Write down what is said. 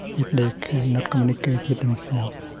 if they cannot communicate with themselves,